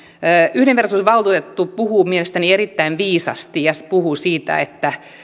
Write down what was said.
yhdenvertaisuusvaltuutettu puhuu mielestäni erittäin viisaasti ja puhuu siitä että